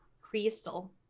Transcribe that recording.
Crystal